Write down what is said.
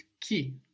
key